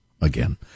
again